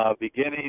beginning